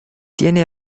tiene